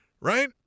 right